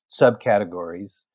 subcategories